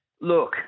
Look